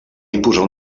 imposar